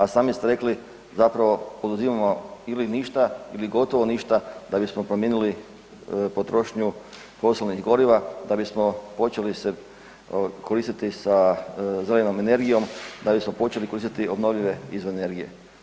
A sami ste rekli zapravo poduzimamo ili ništa ili gotovo ništa da bismo promijenili potrošnju fosilnih goriva, da bismo počeli se koristiti sa zelenom energijom, da bismo počeli koristiti obnovljive izvore energije.